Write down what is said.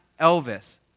Elvis